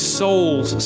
souls